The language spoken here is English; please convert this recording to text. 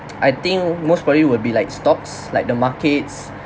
I think most probably would be like stocks like the markets